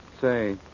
Say